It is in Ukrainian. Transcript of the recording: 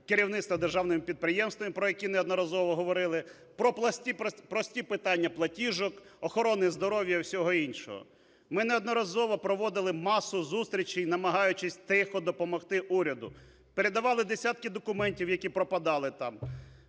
керівництва державними підприємствами, про які неодноразово говорили, про прості питання платіжок, охорони здоров'я і всього іншого. Ми неодноразово проводили масу зустрічей, намагаючись тихо допомогти уряду. Передавали десятки документів, які пропадали там.